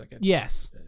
yes